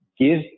give